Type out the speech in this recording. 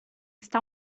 está